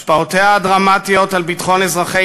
השפעותיה הדרמטיות על ביטחון אזרחי